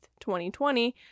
2020